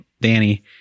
Danny